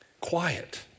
quiet